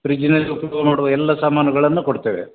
ಫ್ರಿಜ್ನಲ್ಲಿ ಉಪಯೋಗ ಮಾಡುವ ಎಲ್ಲ ಸಾಮಾನುಗಳನ್ನು ಕೊಡ್ತೇವೆ